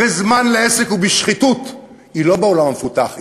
בזמן שלוקח עסק ובשחיתות היא לא בעולם המפותח,